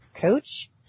coach